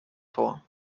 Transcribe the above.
vor